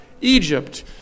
Egypt